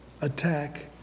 attack